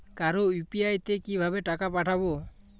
কারো ইউ.পি.আই তে কিভাবে টাকা পাঠাবো?